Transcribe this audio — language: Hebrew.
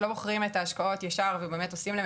לא מוכרים את ההשקעות ישר ובאמת עושים להם